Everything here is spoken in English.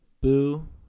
Boo